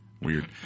weird